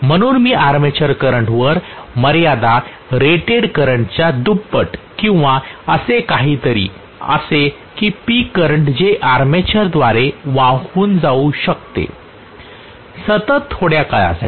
म्हणून मी armature current वर मर्यादा रेटेड करंटच्या दुप्पट किंवा असे काहीतरी असे की पीक करंट जे आर्मेचरद्वारे वाहून जाऊ शकते सतत थोड्या काळासाठी